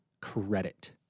credit